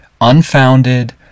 unfounded